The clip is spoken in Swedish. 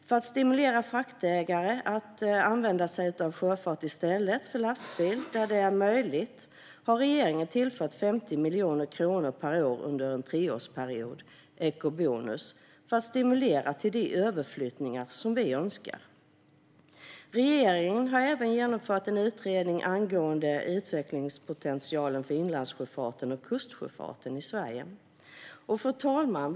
För att stimulera fraktägare att använda sig av sjöfart i stället för lastbil där det är möjligt har regeringen tillfört 50 miljoner kronor per år under en treårsperiod, eco-bonus, för att stimulera till de överflyttningar som vi önskar. Regeringen har även genomfört en utredning angående utvecklingspotentialen för inlandssjöfarten och kustsjöfarten i Sverige. Fru talman!